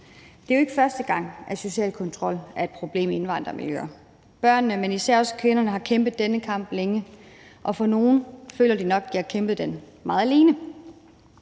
Det er jo ikke første gang, at social kontrol er et problem i indvandrermiljøer; børnene, men især også kvinderne har kæmpet denne kamp længe, og nogle føler nok, at de har kæmpet den meget alene.